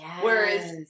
Whereas